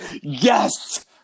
Yes